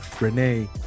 Renee